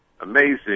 amazing